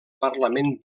parlament